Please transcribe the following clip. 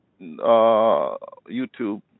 YouTube